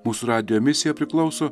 mūsų radijo misija priklauso